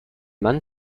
mann